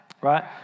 Right